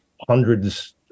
hundreds